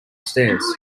stairs